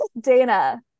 dana